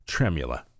Tremula